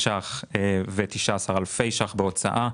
51,019 אלפי שקלים בהוצאה,